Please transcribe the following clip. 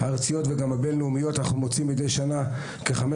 הארציות וגם הבינלאומיות אנחנו מוציאים מידי שנה כחמש